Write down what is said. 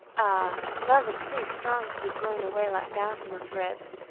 ah! love is too strong to be blown away like gossamer threads.